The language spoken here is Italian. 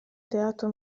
teatro